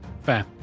Fair